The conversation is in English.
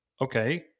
okay